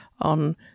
on